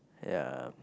ya